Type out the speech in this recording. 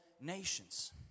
nations